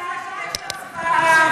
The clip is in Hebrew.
צבא העם.